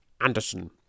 Anderson